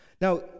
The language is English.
Now